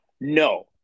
No